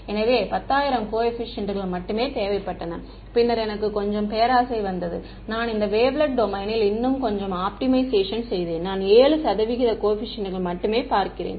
எனவே 10000 கோஏபிசியன்ட் கள் மட்டுமே தேவைப்பட்டன பின்னர் எனக்கு கொஞ்சம் பேராசை வந்தது நான் இந்த வேவ்லெட் டொமைனில் இன்னும் கொஞ்சம் ஆப்டிமைசேஷன் செய்தேன் நான் 7 சதவீத கோஏபிசியன்ட் கள் மட்டுமே பார்க்கிறேன்